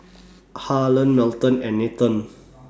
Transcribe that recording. Harlan Melton and Nathen